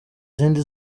izindi